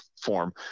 form